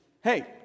hey